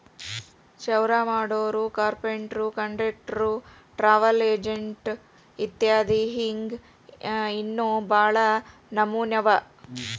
ಚೌರಾಮಾಡೊರು, ಕಾರ್ಪೆನ್ಟ್ರು, ಕಾನ್ಟ್ರಕ್ಟ್ರು, ಟ್ರಾವಲ್ ಎಜೆನ್ಟ್ ಇತ್ಯದಿ ಹಿಂಗ್ ಇನ್ನೋ ಭಾಳ್ ನಮ್ನೇವ್ ಅವ